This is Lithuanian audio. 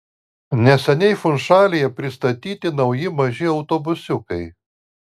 neseniai funšalyje pristatyti nauji maži autobusiukai